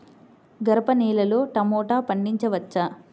గరపనేలలో టమాటా పండించవచ్చా?